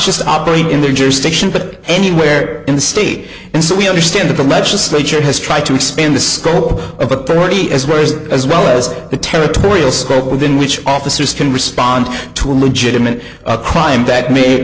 just operate in their jurisdiction but anywhere in the state and so we understand that the legislature has tried to expand the scope of authority as well as as well as the territorial scope within which officers can respond to legitimate crime that m